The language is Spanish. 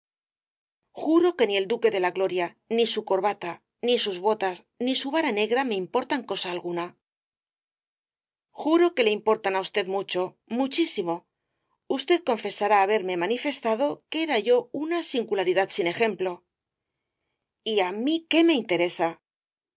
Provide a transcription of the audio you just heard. juro que ni el duque de la gloria ni su corbata ni sus botas ni su vara negra me importan cosa alguna juro que le importan á usted mucho muchísimo usted confesará haberme manifestado que era yo una singularidad sin ejemplo y á mí qué me interesa